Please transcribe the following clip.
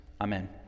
Amen